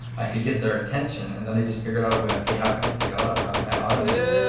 i could get their attention and then i just figured out a way, okay, how can i scale it up, how can i automate it?